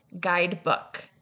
guidebook